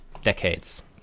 decades